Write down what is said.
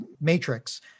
matrix